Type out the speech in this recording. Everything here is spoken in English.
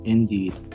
Indeed